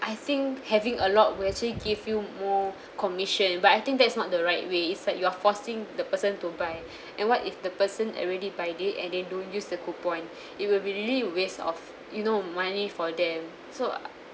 I think having a lot will actually give you more commission but I think that is not the right way is like you are forcing the person to buy and what if the person already buy it and they don't use the coupon it will really waste of you know money for them so